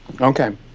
Okay